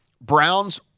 Browns